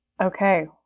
Okay